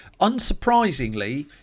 unsurprisingly